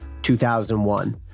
2001